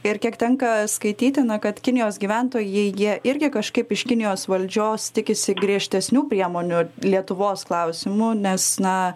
ir kiek tenka skaityti na kad kinijos gyventojai jie irgi kažkaip iš kinijos valdžios tikisi griežtesnių priemonių lietuvos klausimu nes na